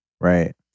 Right